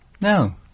No